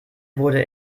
wurde